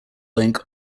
link